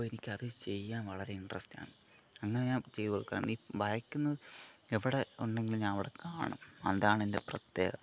അപ്പോൾ എനിക്കത് ചെയ്യാൻ വളരെ ഇൻട്രെസ്റ്റാണ് അങ്ങനെ ഞാൻ ചെയ്തുകൊടുക്കാറുണ്ട് ഈ വരയ്ക്കുന്നത് എവിടെ ഉണ്ടെങ്കിലും ഞാൻ അവിടെ കാണും അതാണെൻ്റെ പ്രത്യേകത